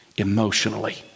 Emotionally